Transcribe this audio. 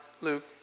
Luke